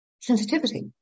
sensitivity